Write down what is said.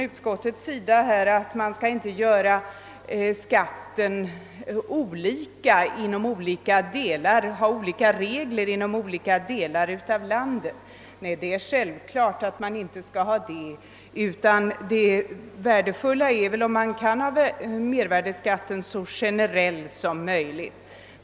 Utskottet framhåller att man inte skall ha olika skatteregler inom olika delar av landet. Det är självklart att man inte skall ha det, utan det är värdefullt om man kan göra mervärdeskatten så generell som möjligt.